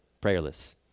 prayerless